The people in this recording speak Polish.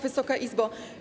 Wysoka Izbo!